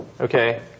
Okay